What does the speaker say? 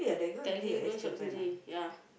tell him don't shiok sendiri ya